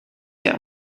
der